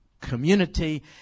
community